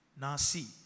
Nasi